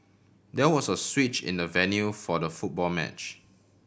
there was a switch in the venue for the football match